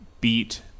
beat